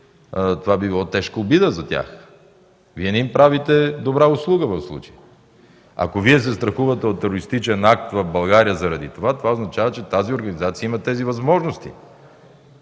това би било тежка обида за тях. Вие не им правите добра услуга в случая. Ако Вие се страхувате от терористичен акт в България заради това, то означава, че тази организация има тези възможности.